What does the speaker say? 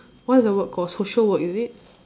what is the word called social work is it